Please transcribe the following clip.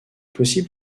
possible